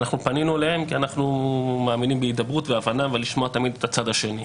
כי אנחנו מאמינים בהידברות ובהבנה ולשמוע תמיד את הצד השני.